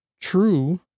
true